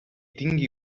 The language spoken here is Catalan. tingui